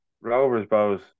Rovers-Bows